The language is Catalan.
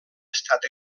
estat